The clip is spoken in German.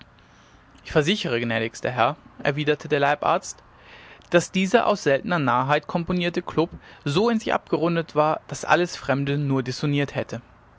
ich versichere gnädigster herr erwiderte der leibarzt daß dieser aus seltner narrheit komponierte klub so in sich abgerundet war daß alles fremde nur dissoniert hätte